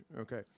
Okay